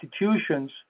institutions